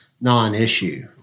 non-issue